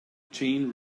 chain